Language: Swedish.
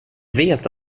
vet